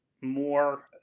more